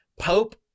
Pope